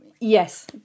Yes